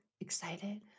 excited